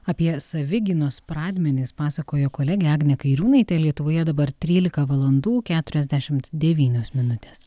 apie savigynos pradmenis pasakoja kolegė agnė kairiūnaitė lietuvoje dabar trylika valandų keturiasdešimt devynios minutės